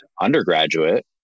undergraduate